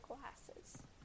glasses